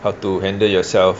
how to handle yourself